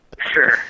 Sure